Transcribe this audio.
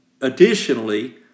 additionally